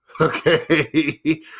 okay